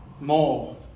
more